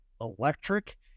electric